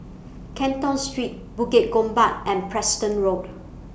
Canton Street Bukit Gombak and Preston Road